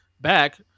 back